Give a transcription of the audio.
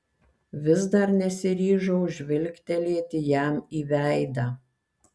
vis dar nesiryžau žvilgtelėti jam į veidą